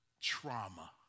trauma